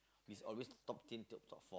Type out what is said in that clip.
is always top ten to top four